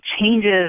changes